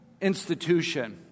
institution